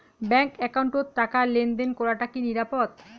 Bank একাউন্টত টাকা লেনদেন করাটা কি নিরাপদ?